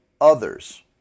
others